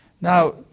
Now